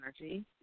energy